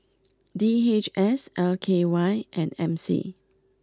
D H S L K Y and M C